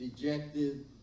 dejected